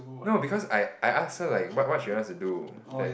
no because I I ask her like what what she wants to do that